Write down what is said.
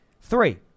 Three